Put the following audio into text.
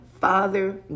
Father